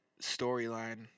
storyline